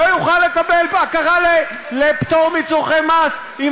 לא אוכל לקבל הכרה לפטור מצורכי מס אם